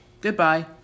Goodbye